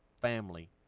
family